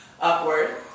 upward